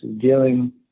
dealing